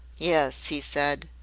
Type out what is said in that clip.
yes, he said.